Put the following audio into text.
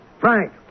Frank